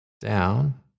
down